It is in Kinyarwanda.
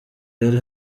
ari